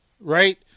right